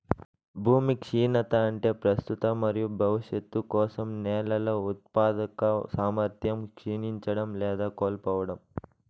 భూమి క్షీణత అంటే ప్రస్తుత మరియు భవిష్యత్తు కోసం నేలల ఉత్పాదక సామర్థ్యం క్షీణించడం లేదా కోల్పోవడం